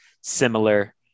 similar